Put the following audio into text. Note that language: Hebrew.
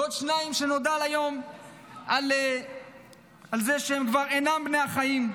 ושניים שנודע היום על זה שהם כבר אינם בני החיים,